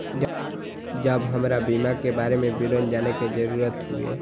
जब हमरा बीमा के बारे में विवरण जाने के जरूरत हुए?